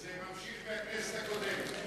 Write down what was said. זה נמשך מהכנסת הקודמת.